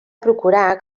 procurar